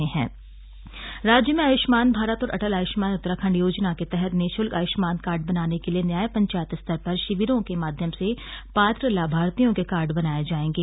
आयुष्मान उत्तराखण्ड योजना राज्य में आयुष्मान भारत और अटल आयुष्मान उत्तराखण्ड योजना के तहत निशुल्क आयुष्मान कार्ड बनाने के लिये न्याय पंचायत स्तर पर शिविरों के माध्यम से पात्र लाभार्थियों के कार्ड बनाये जायेंगे